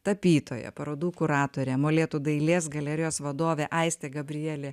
tapytoja parodų kuratorė molėtų dailės galerijos vadovė aistė gabrielė